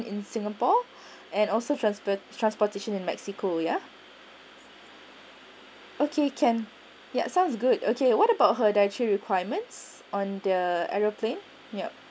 in singapore and also transport transportation in mexico ya okay can yup sounds good okay what about her dietary requirements on the aero plane yup